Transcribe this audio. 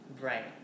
Right